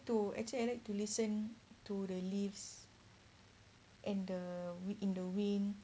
to actually I like to listen to the leaves and the meet in the wind